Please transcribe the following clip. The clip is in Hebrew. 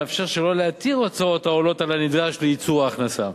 המאפשר שלא להתיר הוצאות העולות על הנדרש לייצור ההכנסה.